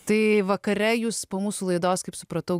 tai vakare jūs po mūsų laidos kaip supratau